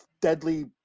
Deadly